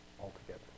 altogether